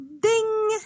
Ding